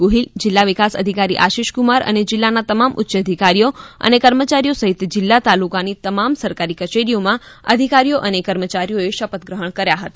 ગોહિલ જિલ્લા વિકાસ અધિકારી આશિષકુમાર અને જિલ્લાના તમામ ઉચ્ય અધિકારીઓ અને કર્મચારીઓ સહિત જિલ્લા તાલુકાની તમામ સરકારી કચેરીઓમાં અધિકારીઓ અને કર્મચારીઓએ શપથ ગ્રહણ કર્યા હતા